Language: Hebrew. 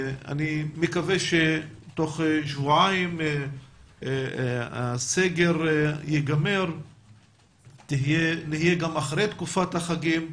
אני מקווה שבתוך שבועיים הסגר ייגמר ונהיה אחרי תקופת החגים,